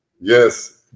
Yes